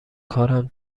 کارم